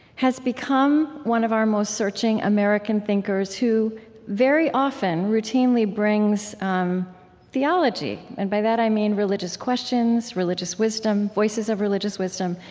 has become one of our most searching american thinkers who very often routinely brings um theology and by that i mean religious questions, religious wisdom, voices of religious wisdom,